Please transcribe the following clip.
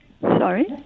Sorry